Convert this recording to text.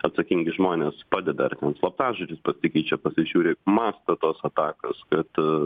atsakingi žmonės padeda ar ten slaptažodžius pasikeičia pasižiūri mastą tos atakos kad